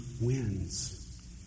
wins